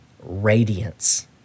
Radiance